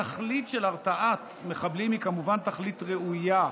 התכלית של הרתעת מחבלים היא כמובן תכלית ראויה,